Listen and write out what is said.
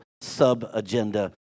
sub-agenda